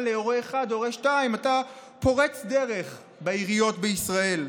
להורה 1 הורה 2. אתה פורץ דרך בעיריות בישראל.